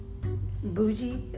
bougie